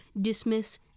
dismiss